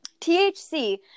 THC